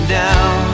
down